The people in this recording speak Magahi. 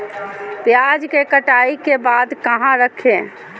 प्याज के कटाई के बाद कहा रखें?